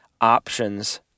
options